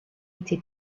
été